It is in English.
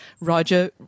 Roger